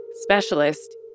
specialist